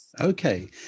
Okay